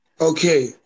Okay